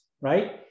right